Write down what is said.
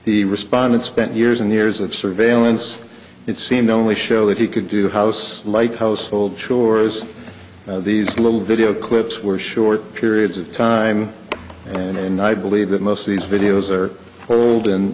the respondents spent years and years of surveillance it seemed only show that he could do house like household chores these little video clips were short periods of time and i believe that most of these videos are old and